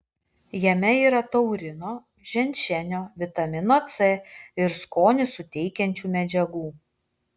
jame yra taurino ženšenio vitamino c ir skonį suteikiančių medžiagų